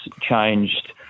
changed